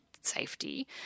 safety